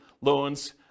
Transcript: loans